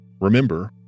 Remember